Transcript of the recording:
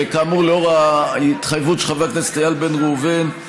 וכאמור לאור ההתחייבות של חבר הכנסת איל בן ראובן,